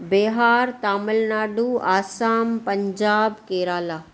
Bihar Tamil Nadu Assam Punjab Kerala